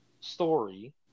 story